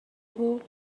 بود